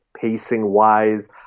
pacing-wise